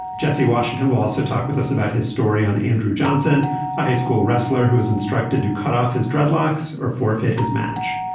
jesse washington will also talk with us about his story on andrew johnson a high school wrestler who is instructed to cut off his dreadlocks or forfeit his match.